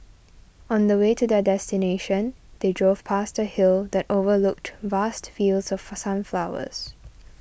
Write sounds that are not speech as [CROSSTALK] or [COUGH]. on the way to their destination they drove past a hill that overlooked vast fields of [UNINTELLIGIBLE] sunflowers